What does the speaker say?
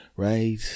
right